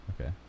Okay